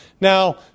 Now